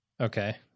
Okay